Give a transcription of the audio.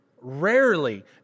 rarely